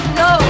no